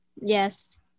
Yes